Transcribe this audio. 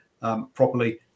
properly